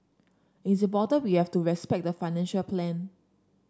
it's important we have to respect the financial plan